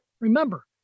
Remember